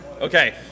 okay